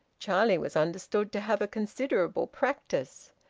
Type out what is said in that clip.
charlie was understood to have a considerable practice.